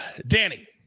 Danny